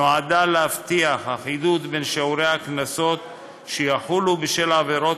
נועדה להבטיח אחידות בין שיעורי הקנסות שיחולו בשל עבירות